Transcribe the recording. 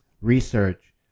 research